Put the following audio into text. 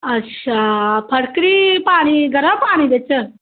अच्छा फटकरी पानी गर्म पानी बिच्च